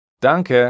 Danke